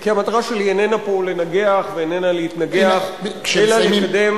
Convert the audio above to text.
כי המטרה שלי איננה לנגח ולהתנגח אלא לקדם